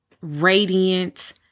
radiant